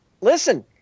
Listen